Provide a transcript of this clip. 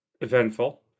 eventful